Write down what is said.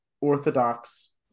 Orthodox